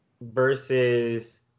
versus